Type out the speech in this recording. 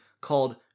called